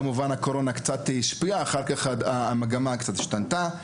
כמובן שהקורונה קצת השפיעה ואחר כך המגמה קצת השתנתה.